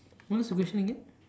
what is the question again